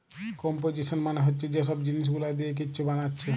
composition মানে হচ্ছে যে সব জিনিস গুলা দিয়ে কিছু বানাচ্ছে